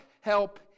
help